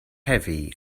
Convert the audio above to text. heavy